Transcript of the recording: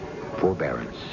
forbearance